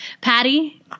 patty